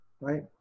right